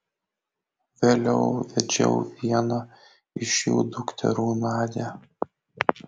vėliau vedžiau vieną iš jų dukterų nadią